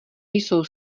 jsou